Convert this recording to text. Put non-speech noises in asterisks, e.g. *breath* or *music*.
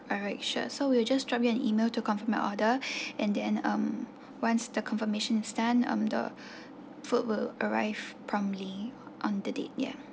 alright sure so we will just drop you an email to confirm your order *breath* and then um once the confirmation's done um the *breath* food will arrive promptly on the date ya